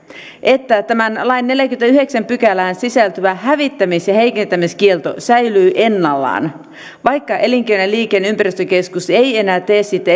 että tämän lain neljänteenkymmenenteenyhdeksänteen pykälään sisältyvä hävittämis ja heikentämiskielto säilyy ennallaan vaikka elinkeino liikenne ja ympäristökeskus ei enää tee siitä